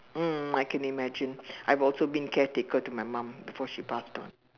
mm I can imagine I've also been caretaker to my mum before she passed on